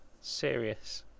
serious